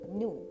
new